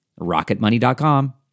Rocketmoney.com